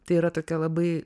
tai yra tokia labai